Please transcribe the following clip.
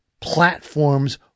platforms